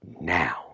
now